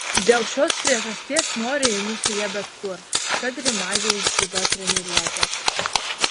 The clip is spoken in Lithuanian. dėl šios priežasties noriai einu su ja bet kur kad ir į mažiaus dziudo treniruotes